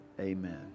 Amen